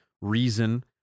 reason